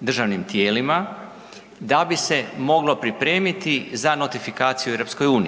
državnim tijelima, da bi se moglo pripremiti za notifikaciju u EU.